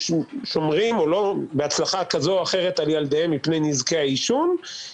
שומרים בהצלחה כזו או אחרת על ילדיהם מפני נזקי העישון.